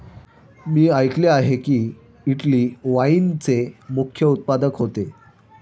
मी ऐकले आहे की, इटली वाईनचे मुख्य उत्पादक होते